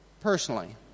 personally